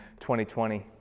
2020